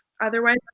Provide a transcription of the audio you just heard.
Otherwise